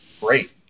great